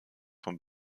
von